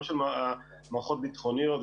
גם של מערכות ביטחוניות,